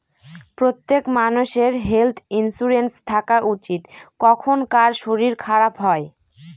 প্রত্যেক মানষের health insurance থাকা উচিত, কখন কার শরীর খারাপ হয়